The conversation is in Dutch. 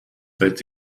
weet